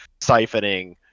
siphoning